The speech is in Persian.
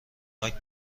کمک